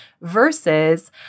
versus